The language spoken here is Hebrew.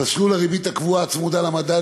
במסלול הריבית הקבועה הצמודה למדד,